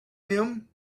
him